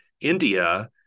India